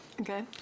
Okay